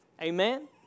Amen